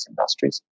industries